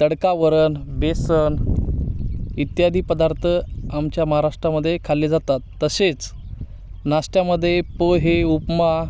तडकावरण बेसन इत्यादी पदार्थ आमच्या महाराष्ट्रामध्ये खाल्ले जातात तसेच नाष्ट्यामध्ये पोहे उपमा